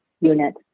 unit